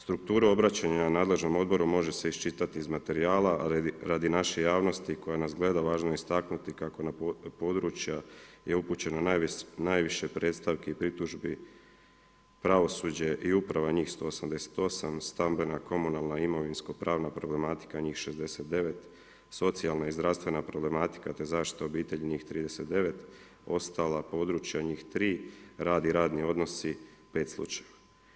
Strukturu obraćanja nadležnom odboru može se iščitati iz materijala, ali radi naše javnosti koja nas gleda važno je istaknuti kako na područja je upućeno najviše predstavki i pritužbi pravosuđe i uprava njih 188, stambena komunalna i imovinskopravna problematika njih 69, socijalna i zdravstvena problematika te zaštita obitelji njih 39, ostala područja njih 3, rad i radni odnosi 5 slučajeva.